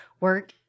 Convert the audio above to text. Work